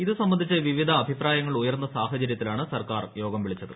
ഇത് സംബന്ധിച്ച് വിവിധ അഭിപ്രായങ്ങൾ ഉയർന്ന സാഹചര്യത്തിലാണ് സർക്കാർ യോഗ്ലം വിളിച്ചത്